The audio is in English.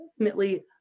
ultimately